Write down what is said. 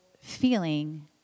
feeling